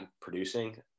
producing